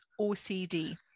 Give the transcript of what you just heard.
OCD